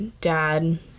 Dad